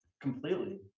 completely